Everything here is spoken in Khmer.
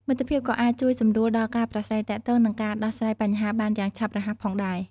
មិត្តភាពក៏អាចជួយសម្រួលដល់ការប្រាស្រ័យទាក់ទង និងការដោះស្រាយបញ្ហាបានយ៉ាងឆាប់រហ័សផងដែរ។